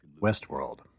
Westworld